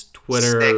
twitter